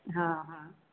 હાં હાં